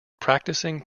practising